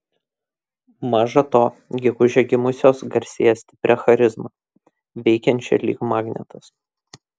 maža to gegužę gimusios garsėja stipria charizma veikiančia lyg magnetas